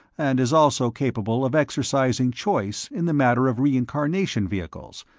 and is also capable of exercising choice in the matter of reincarnation vehicles,